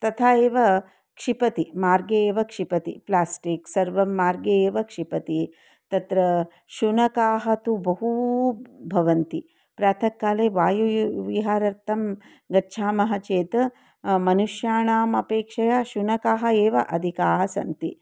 तथा एव क्षिपन्ति मार्गे एव क्षिपन्ति प्लास्टिक् सर्वं मार्गे एव क्षिपन्ति तत्र शुनकाः तु बहवः भवन्ति प्रातःकाले वायु विहारार्थं गच्छामः चेत् मनुष्याणाम् अपेक्षया शुनकाः एव अधिकाः सन्ति